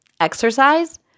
exercise